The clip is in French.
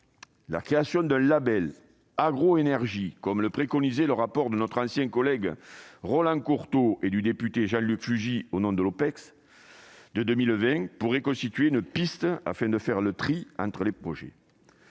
La création d'un label « agroénergie », comme le préconisait, en 2020, le rapport de notre ancien collègue Roland Courteau et du député Jean-Luc Fugit, au nom de l'Opecst, pourrait constituer une piste afin de faire le tri entre les projets.